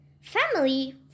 family